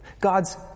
God's